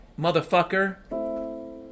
motherfucker